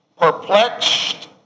perplexed